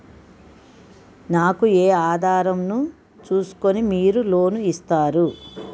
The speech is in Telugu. నాకు ఏ ఆధారం ను చూస్కుని మీరు లోన్ ఇస్తారు?